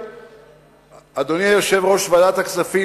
אדוני יושב-ראש ועדת הכספים,